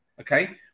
Okay